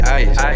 ice